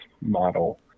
model